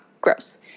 gross